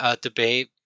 Debate